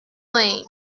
plane